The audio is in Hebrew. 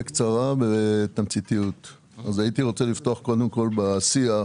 הייתי רוצה לפתוח בשיח.